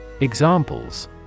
Examples